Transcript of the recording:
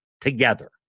together